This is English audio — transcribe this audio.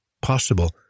possible